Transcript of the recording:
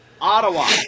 Ottawa